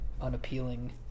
unappealing